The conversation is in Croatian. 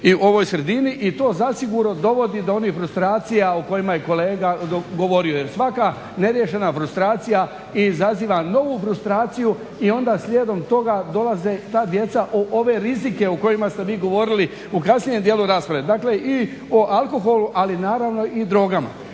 i ovoj sredini. I to zasigurno dovodi do onih frustracija o kojima je kolega govorio jer svaka neriješena frustracija izaziva novu frustraciju i ona slijedom toga dolaze ta djeca po ove rizike o kojima ste vi govorili u kasnijem dijelu rasprave. Dakle, i o alkoholu, ali naravno i drogama.